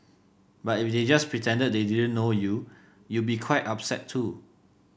but if they just pretended they didn't know you you'd be quite upset too